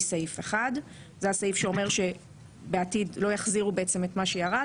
סעיף 1." זה הסעיף שאומר שבעתיד לא יחזירו את מה שירד